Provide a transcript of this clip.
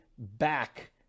back